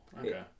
Okay